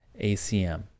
ACM